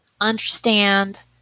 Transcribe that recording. Understand